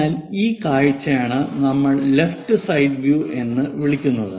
അതിനാൽ ഈ കാഴ്ചയാണ് നമ്മൾ ലെഫ്റ്റ് സൈഡ് വ്യൂ എന്ന് വിളിക്കുന്നത്